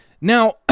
Now